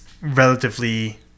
relatively